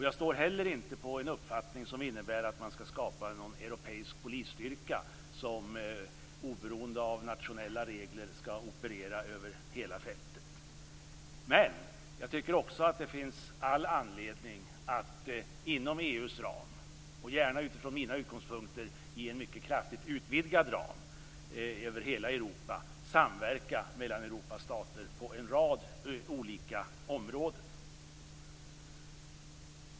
Jag står inte heller bakom en uppfattning som innebär att man skall skapa en europeisk polisstyrka som oberoende av nationella regler skall operera över hela fältet. Men jag tycker att det finns all anledning att, inom EU:s ram och gärna inom en mycket kraftigt utvidgad ram över hela Europa, samverka mellan Europas stater på en rad olika områden.